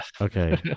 Okay